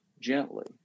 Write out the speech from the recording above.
gently